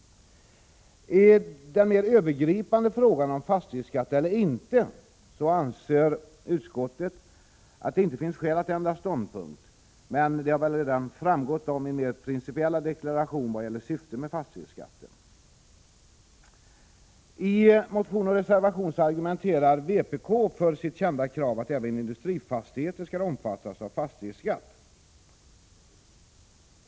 I den mer övergripande frågan om fastighetsskatt eller inte anser utskottet att det inte finns skäl att ändra ståndpunkt, men det har väl redan framgått av min mer principiella deklaration vad gäller syftet med fastighetsskatten. I en motion och en reservation argumenterar vpk för sitt kända krav att även industrifastigheter skall omfattas av fastighetsskatt.